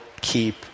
keep